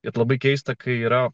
ir labai keista kai yra